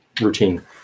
routine